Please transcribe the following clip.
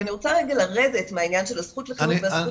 אני רוצה רגע לרדת מהעניין של הזכות לחינוך והזכות